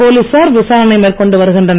போலீசார் விசாரணை மேற்கொண்டு வருகின்றனர்